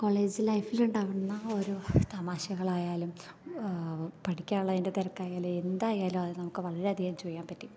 college ലൈഫിൽ ഉണ്ടാകുന്ന ഓരോ തമാശകളായാലും പഠിക്കാനുള്ളതിൻ്റെ തിരക്കായാലും എന്തായാലും അത് നമുക്ക് വളരെയധികം എൻജോയ് ചെയ്യാൻ പറ്റി